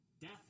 Death